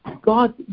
God